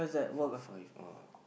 four five ah